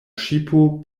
ŝipo